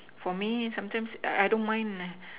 for me sometimes I don't mind